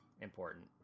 important